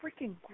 freaking